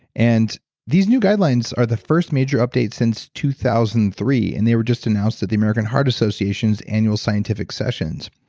and these new guidelines are the first major updates since two thousand and three, and they were just announced at the american heart association's annual scientific sessions.